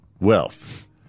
wealth